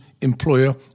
employer